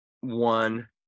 one